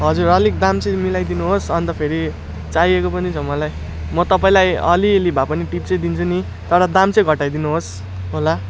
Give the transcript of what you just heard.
हजुर अलिक दाम चाहिँ मिलाइदिनु होस् अन्त फेरि चाहिएको पनि छ मलाई म तपाईँलाई अलिअलि भए पनि टिप्स चाहिँ दिन्छु नि तर दाम चाहिँ घटाइदिनु होस् होला